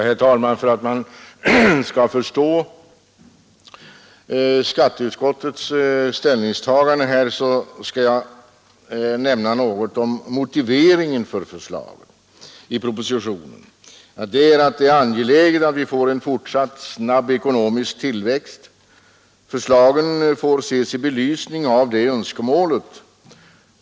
Herr talman! För att man skall förstå skatteutskottets ställningstagande skall jag nämna något om motiveringen till förslaget i propositionen. Det är angeläget att vi får en fortsatt snabb ekonomisk tillväxt. Förslaget får ses i belysning av det önskemålet.